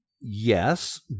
yes